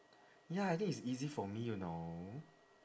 ya I think it's easy for me you know